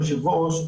יושב-הראש,